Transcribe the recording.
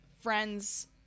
friends